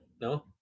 no